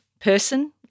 person